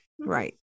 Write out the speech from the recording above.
right